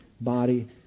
body